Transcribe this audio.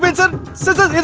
but sir sir,